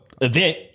event